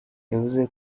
yavuze